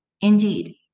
Indeed